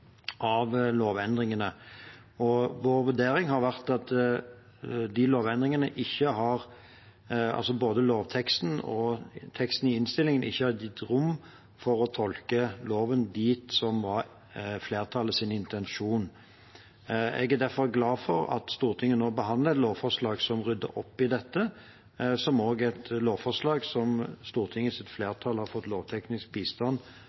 av lovendringene. Vår vurdering har vært at lovteksten og teksten i innstillingen ikke har gitt rom for å tolke loven i tråd med flertallets intensjon. Jeg er derfor glad for at Stortinget nå behandler et lovforslag som rydder opp i dette, og som også er et lovforslag som Stortingets flertall har fått lovteknisk bistand